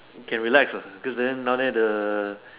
can relax what cause then now that the